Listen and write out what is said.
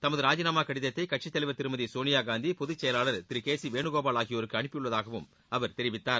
தமது ராஜினாமா கடிதத்தை கட்சித் தலைவர் திருமதி சோனியாகாந்தி பொதுச் செயலாளர் திரு கே சி வேணுகோபால் ஆகியோருக்கு அனுப்பியுள்ளதாகவும் தெரிவித்தார்